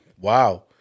wow